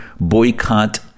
boycott